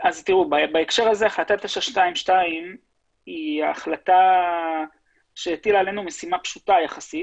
בהקשר הזה החלטה 922 היא החלטה שהטילה עלינו משימה פשוטה יחסית